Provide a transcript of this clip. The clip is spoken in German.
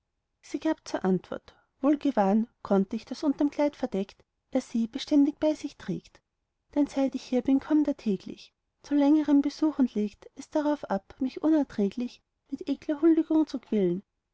sie gab zur antwort wohl gewahren konnt ich daß unterm kleid verdeckt er sie beständig bei sich trägt denn seit ich hier bin kommt er täglich zu längerem besuch und legt es darauf ab mich unerträglich mit ekler huldigung zu quälen